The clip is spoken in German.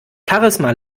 charisma